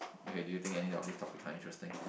okay do you think any of these topics are interesting